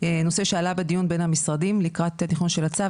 נושא שעלה בדיון בין המשרדים לקראת התכנון של הצו,